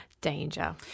danger